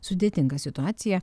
sudėtinga situacija